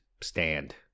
stand